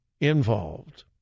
involved